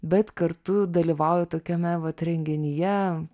bet kartu dalyvauji tokiame vat renginyje